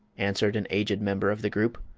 answered an aged member of the group.